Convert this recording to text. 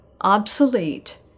obsolete